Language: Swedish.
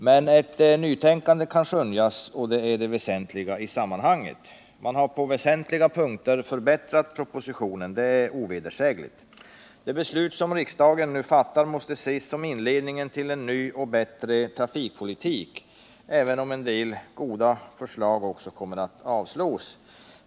Men ett nytänkande kan skönjas, och det är det viktiga i sammanhanget. Man har på väsentliga punkter förbättrat propositionen; det är ovedersägligt. Det beslut som riksdagen fattar måste ses som inledningen till en ny och bättre trafikpolitik, även om en del goda förslag också kommer att avslås.